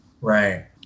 right